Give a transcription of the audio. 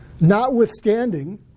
notwithstanding